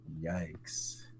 Yikes